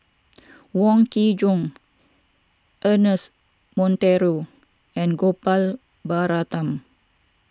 Wong Kin Jong Ernest Monteiro and Gopal Baratham